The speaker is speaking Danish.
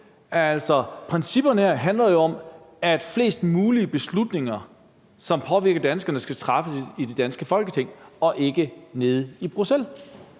Principperne her handler jo om, at flest mulige beslutninger, som påvirker danskerne, skal træffes i det danske Folketing og ikke nede i Bruxelles